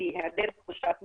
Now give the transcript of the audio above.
תחושת מוגנות,